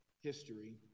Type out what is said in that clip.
history